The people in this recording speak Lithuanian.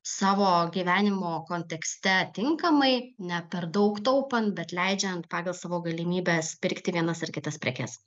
savo gyvenimo kontekste tinkamai ne per daug taupant bet leidžiant pagal savo galimybes pirkti vienas ar kitas prekes